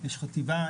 יש חטיבה,